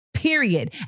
Period